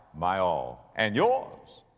my all, and yours.